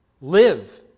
live